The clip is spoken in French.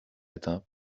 atteint